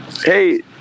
Hey